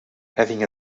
having